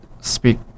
speak